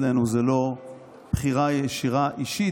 אצלנו זו לא בחירה ישירה אישית,